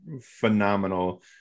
phenomenal